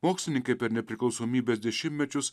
mokslininkai per nepriklausomybės dešimtmečius